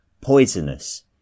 poisonous